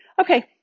Okay